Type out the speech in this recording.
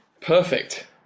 Perfect